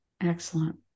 Excellent